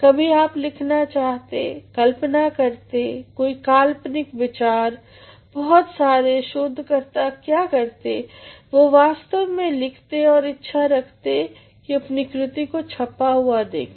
कभी आप लिखना चाहते कल्पना करते कोई काल्पनिक विचार बहुत सारे शोधकर्ता क्या करते वो वास्तव में लिखते और इच्छा रखते की अपनी कृति को छपा हुआ देखें